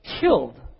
killed